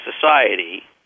society